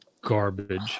garbage